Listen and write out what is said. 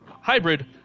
hybrid